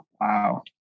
wow